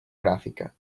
gràfica